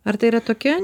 ar tai yra tokia